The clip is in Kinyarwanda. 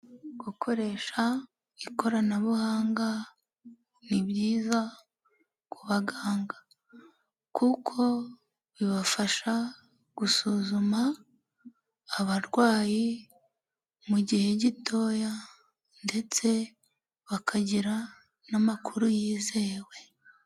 Gukoresha ikoranabuhanga ni byiza ku baganga, kuko bibafasha gusuzuma abarwayi mu gihe gitoya ndetse bakagira n'amakuru yizewe.